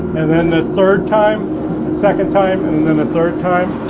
and then a third time second time and then a third time